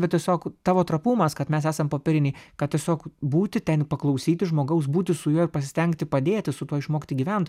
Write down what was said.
bet tiesiog tavo trapumas kad mes esam popieriniai kad tiesiog būti ten paklausyti žmogaus būti su juo ir pasistengti padėti su tuo išmokti gyvent